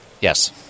Yes